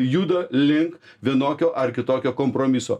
juda link vienokio ar kitokio kompromiso